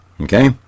Okay